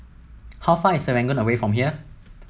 how far is Serangoon away from here